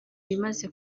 ibimaze